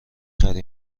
خری